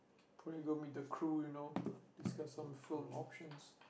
you go meet the crew you know discuss some film options